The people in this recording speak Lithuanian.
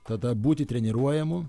tada būti treniruojamu